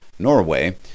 Norway